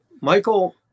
Michael